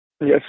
Yes